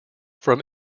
from